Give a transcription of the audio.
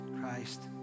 Christ